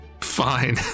Fine